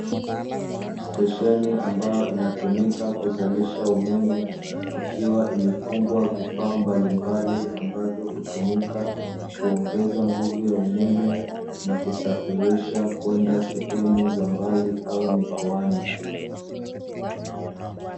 Stesheni ambayo inatumika kuzalisha umeme, ikiwa imefungwa vifaa mbalimbali ambavyo hutumika kuongeza nguvu ya umeme, na kusafirisha kwenda sehemu za mbali au mikoani.